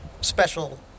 special